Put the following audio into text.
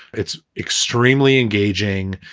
it's extremely engaging.